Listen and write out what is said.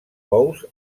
bous